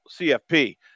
CFP